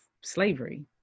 slavery